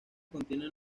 contienen